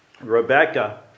Rebecca